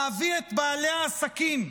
להביא את בעלי העסקים,